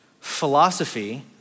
philosophy